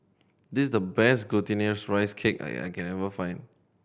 this is the best Glutinous Rice Cake I can find